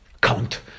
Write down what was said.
count